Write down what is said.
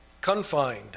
confined